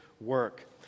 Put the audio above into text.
work